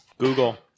Google